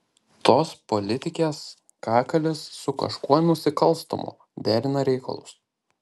tos politikės kakalis su kažkuo nusikalstamu derina reikalus